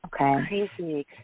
Okay